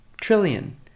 trillion